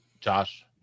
Josh